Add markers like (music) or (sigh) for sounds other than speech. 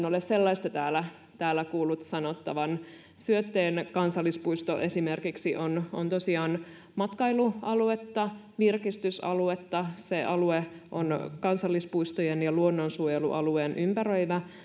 (unintelligible) ole täällä täällä kuullut sanottavan syötteen kansallispuisto esimerkiksi on on tosiaan matkailualuetta virkistysaluetta se alue on kansallispuistojen ja luonnonsuojelualueen ympäröimä